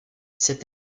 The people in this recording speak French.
cet